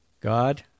God